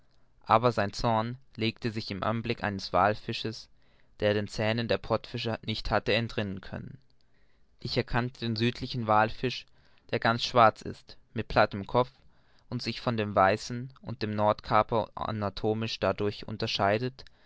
aber sein zorn legte sich beim anblicke eines wallfisches der den zähnen der pottfische nicht hatte entrinnenkönnen ich erkannte den südlichen wallfisch der ganz schwarz ist mit plattem kopf und sich von dem weißen und dem nordkaper anatomisch dadurch unterscheidet